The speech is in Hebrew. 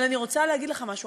אבל אני רוצה להגיד לך משהו.